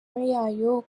yayo